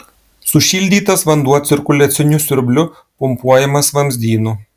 sušildytas vanduo cirkuliaciniu siurbliu pumpuojamas vamzdynu